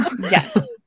yes